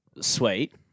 sweet